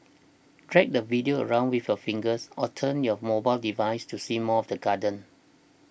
drag the video around with a fingers or turn your mobile device to see more of the garden